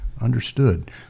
understood